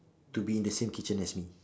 to be in the same kitchen as me